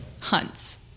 hunts